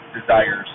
desires